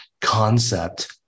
concept